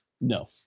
no